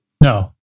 No